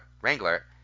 wrangler